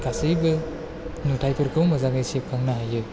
गासैबो नुथाइफोरखौ मोजांयै सेबखांनो हायो